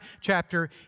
chapter